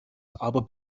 aber